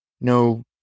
No